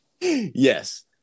Yes